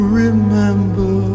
remember